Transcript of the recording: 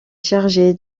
chargé